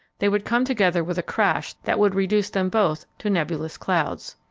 they would come together with a crash that would reduce them both to nebulous clouds.